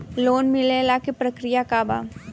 Loan मिलेला के प्रक्रिया का बा?